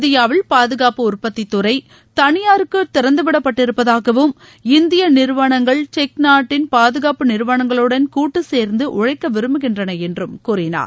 இந்தியாவில் பாதுகாப்பு உற்பத்தி துறை தனியாருக்கு திறந்துவிடப் பட்டிருப்பதாகவும் இந்திய நிறுவனங்கள் செக் நாட்டின் பாதுகாப்பு நிறுவனங்களுடன் கூட்டுசேர்ந்து உழைக்க விரும்புகின்றன என்றும் கூறினார்